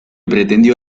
pretendió